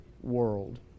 world